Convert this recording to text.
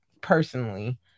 personally